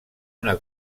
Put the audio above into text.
una